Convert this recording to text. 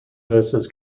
nurses